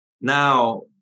now